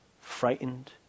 frightened